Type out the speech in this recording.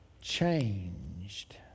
changed